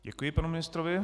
Děkuji panu ministrovi.